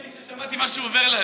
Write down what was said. היה נדמה לי ששמעתי משהו עובר לידי,